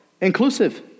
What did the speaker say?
inclusive